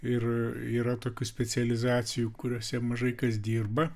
ir yra tokių specializacijų kuriose mažai kas dirba